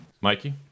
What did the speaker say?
Mikey